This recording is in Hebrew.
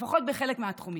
לפחות בחלק מהתחומים.